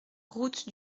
route